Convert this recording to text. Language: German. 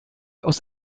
aus